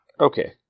Okay